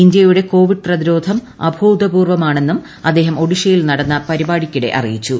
ഇന്ത്യയുടെ കോവിഡ് പ്രിതിരോധം അഭൂതപൂർവ്വമാണെന്നും അദ്ദേഹം ഒഡീഷയിൽ നടന്ന പരിപാടിയ്ക്കിടെ അറിയിച്ചു